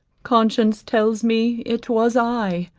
conscience tells me it was i,